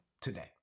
today